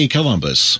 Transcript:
Columbus